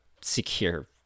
secure